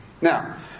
Now